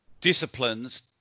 disciplines